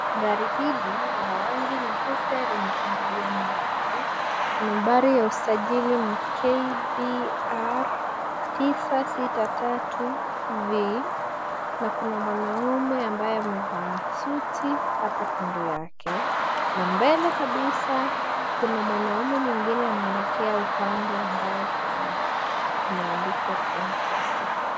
Gari hili la rangi nyeupe limefunguliwa mlango. Nambari ya usajili ni KDR 963V na kuna mwanaume ambaye amevaa suti hapo kando yake na mbele kabisa kuna mwanaume mwingine anayelekea upande ambao kuna, kumeandikwa M-PESA .